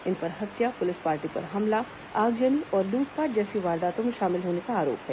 इन पर हत्या police party पर हमला आगजनी और लूटपाट जैसे वारदातों में शामिल रहने का आरोप है